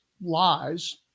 lies